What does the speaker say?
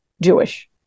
Jewish